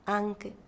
anche